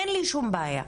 אין לי שום בעיה,